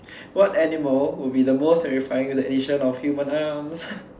what animal would be the most terrifying with the addition of human arms